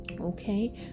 okay